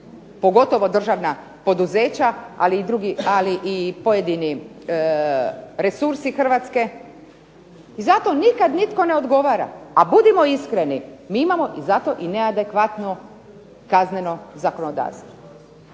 pogotovo državna poduzeća, ali i pojedini resursi Hrvatske, i zato nikad nitko ne odgovara, a budimo iskreni mi imao i za to i neadekvatno kazneno zakonodavstvo.